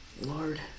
Lord